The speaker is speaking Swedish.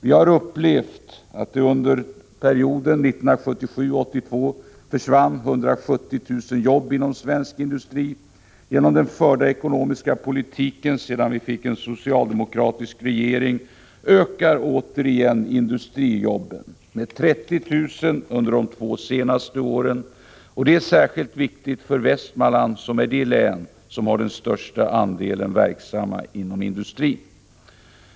Vi har upplevt hur det under perioden 1977-1982 försvann ca 170 000 jobb inom svensk industri. Genom den ekonomiska politik som förts sedan vi fick en socialdemokratisk regering ökar återigen antalet industrijobb, med 30 000 under de senaste två åren. Det är särskilt viktigt för Västmanland, som är det län som har den största andelen verksamma inom industrin.